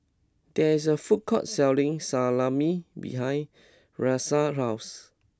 there is a food court selling Salami behind Rahsaan's house